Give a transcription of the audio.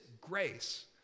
grace